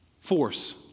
force